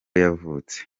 yavutse